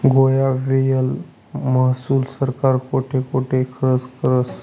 गोया व्हयेल महसूल सरकार कोठे कोठे खरचं करस?